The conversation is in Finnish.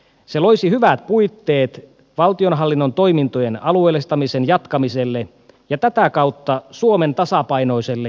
se loisi hyvät puitteet valtionhallinnon toimintojen alueellistamisen jatkamiselle ja tätä kautta suomen tasapainoiselle kehittämiselle